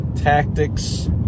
tactics